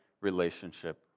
relationship